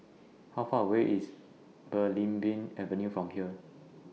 How Far away IS Belimbing Avenue from here